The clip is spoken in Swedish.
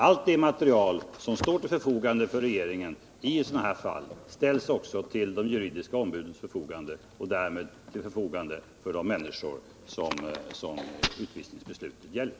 Allt det material som står till förfogande för regeringen i sådana här fall ställs också till de juridiska ombudens förfogande och därmed till förfogande för de människor som utvisningsbeslutet gäller.